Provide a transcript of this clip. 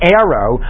arrow